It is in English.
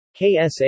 KSA